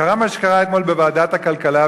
קרה מה שקרה אתמול בוועדת הכלכלה,